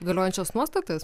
galiojančias nuostatas